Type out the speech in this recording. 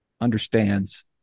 understands